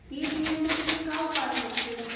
कीट नियंत्रण के का उपाय होखेला?